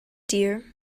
dear